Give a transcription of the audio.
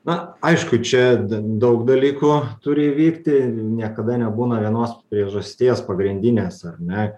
na aišku čia daug dalykų turi įvykti niekada nebūna vienos priežasties pagrindinės ar ne